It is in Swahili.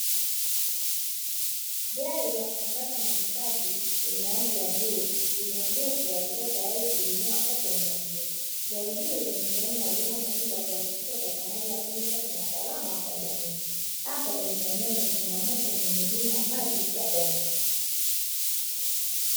Gari la kusambaza maji safi lenye rangi ya bluu limeegeshwa likiwa tayali kuwahudumia wakazi wa eneo hilo gari hili ni sehemu ya huduma muhimu kuhakikisha upatikanaji wa maji safi na salama kwa jamii, hasa kwenye maeneo yenye changamoto ya miundo mbinu ya maji ya bomba.